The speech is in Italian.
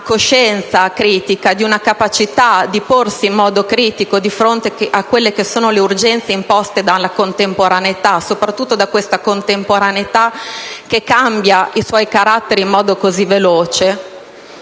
una coscienza critica, di una capacità di porsi in modo critico di fronte alle urgenze imposte dalla contemporaneità (soprattutto da questa contemporaneità che cambia i suoi caratteri in modo così veloce),